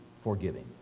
forgiving